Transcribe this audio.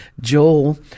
Joel